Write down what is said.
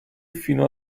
fino